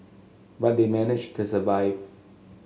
but they managed to survive